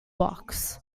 box